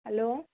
hello